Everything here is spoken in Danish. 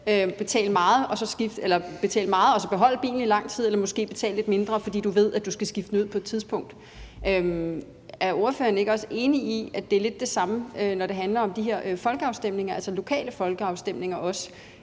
betale meget og så beholde bilen i lang tid eller måske betale lidt mindre, fordi du ved, at du skal skifte den ud på et tidspunkt? Er ordføreren ikke også enig i, at det er lidt det samme, når det handler om de her folkeafstemninger, altså også lokale folkeafstemninger,